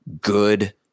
good